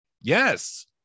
Yes